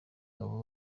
abo